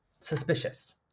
suspicious